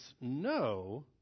no